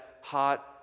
hot